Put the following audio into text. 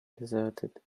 deserted